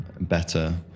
better